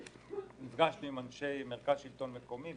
נפגשנו עם אנשי מרכז שלטון מקומי,